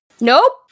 Nope